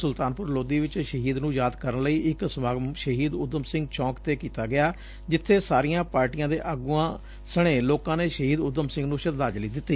ਸੁਲਤਾਨਪੁਰ ਲੋਧੀ ਚ ਸ਼ਹੀਦ ਨੰ ਯਾਦ ਕਰਨ ਲਈ ਇਕ ਸਮਾਗਮ ਸੁਹੀਦ ਉਧਮ ਸਿੰਘ ਚੌਂਕ ਤੇ ਕੀਤਾ ਗਿਆ ਜਿੱਬੇ ਸਾਰੀਆਂ ਪਾਰਟੀਆਂ ਦੇ ਆਗੁਆਂ ਸਣੇ ਲੋਕਾਂ ਨੇ ਸੁਹੀਦ ਊਧਮ ਸਿੰਘ ਨੂੰ ਸ਼ਰਧਾਂਜਲੀ ਦਿੱਤੀ